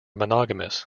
monogamous